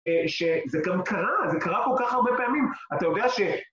שזה גם קרה, זה קרה כל כך הרבה פעמים, אתה יודע ש...